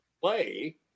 play